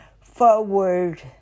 forward